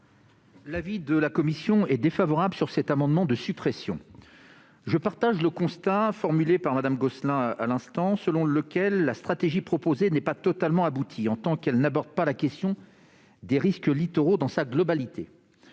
l'avis de la commission ? L'avis est défavorable sur cet amendement de suppression. Je m'associe au constat formulé par Mme Gosselin, selon lequel la stratégie proposée n'est pas totalement aboutie, en tant qu'elle n'aborde pas la question des risques littoraux dans sa globalité.